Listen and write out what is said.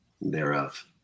thereof